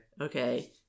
Okay